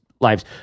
lives